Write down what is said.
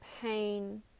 pain